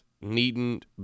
needn't